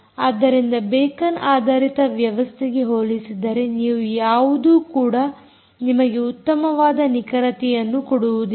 ಆದ್ದರಿಂದ ಬೇಕಾನ್ ಆಧಾರಿತ ವ್ಯವಸ್ಥೆಗೆ ಹೋಲಿಸಿದರೆ ಇವು ಯಾವುದೂ ಕೂಡ ನಿಮಗೆ ಉತ್ತಮವಾದ ನಿಖರತೆಯನ್ನು ಕೊಡುವುದಿಲ್ಲ